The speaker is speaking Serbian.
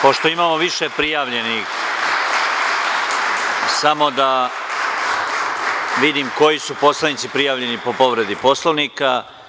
Pošto imamo više prijavljenih, samo da vidim koji su poslanici prijavljeni po povredi Poslovnika.